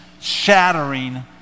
shattering